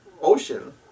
ocean